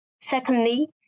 Secondly